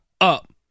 up